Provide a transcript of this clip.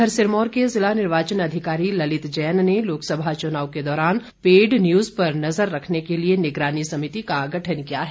उधर सिरमौर के जिला निर्वाचन अधिकारी ललित जैन ने लोकसभा चुनाव के दौरान पेड न्यूज पर नजर रखने के लिए निगरानी समिति का गठन किया है